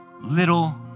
little